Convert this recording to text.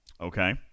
okay